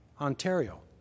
Ontario